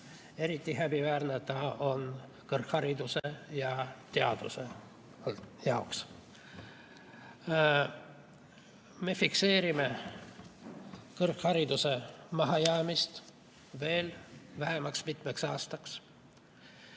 Eriti häbiväärne on see kõrghariduse ja teaduse jaoks. Me fikseerime kõrghariduse mahajäämuse veel vähemalt mitmeks aastaks.